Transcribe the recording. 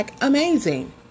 amazing